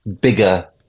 bigger